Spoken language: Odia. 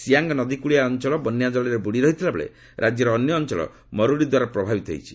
ସିଆଙ୍ଗ୍ ନଦୀକଳିଆ ଅଞ୍ଚଳ ବନ୍ୟାଜଳରେ ବୁଡ଼ିରହିଥିବାବେଳେ ରାଜ୍ୟର ଅନ୍ୟ ଅନଞ୍ଚଳ ମରୁଡ଼ିଦ୍ୱାରା ପ୍ରଭାବିତ ହୋଇଛି